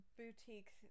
boutique